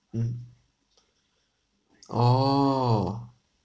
mmhmm oh